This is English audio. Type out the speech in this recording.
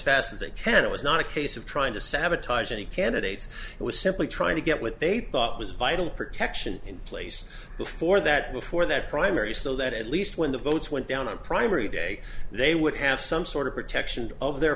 fast as it can it was not a case of trying to sabotage any candidates it was simply trying to get what they thought was vital protection in place before that before that primary so that at least when the votes went down on primary day they would have some sort of protection of their